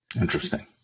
Interesting